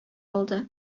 алды